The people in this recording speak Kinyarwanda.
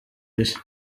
isi